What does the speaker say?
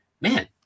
man